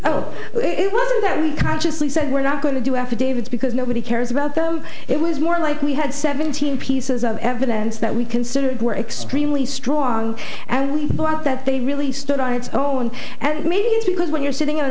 wasn't that we consciously said we're not going to do affidavits because nobody cares about them it was more like we had seventeen pieces of evidence that we considered were extremely strong and we thought that they really stood on its own and maybe it's because when you're sitting in an